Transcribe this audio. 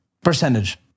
Percentage